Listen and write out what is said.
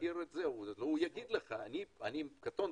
אני קטונתי,